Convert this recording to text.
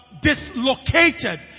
dislocated